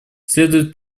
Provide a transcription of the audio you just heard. следует